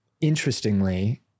interestingly